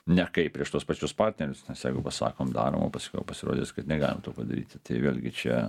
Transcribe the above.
nekaip prieš tuos pačius partnerius nes jeigu pasakom darom o paskiau pasirodys kad negalim to padaryti tai vėlgi čia